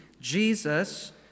Jesus